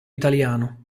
italiano